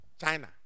China